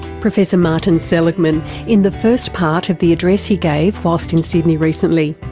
professor martin seligman in the first part of the address he gave while so in sydney recently.